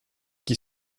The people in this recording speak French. qui